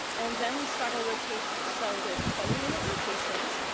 and then we start our rotations. so there's twenty minute rotations,